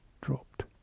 Dropped